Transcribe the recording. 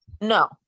no